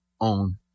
own